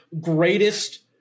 greatest